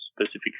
specific